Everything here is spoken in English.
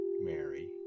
Mary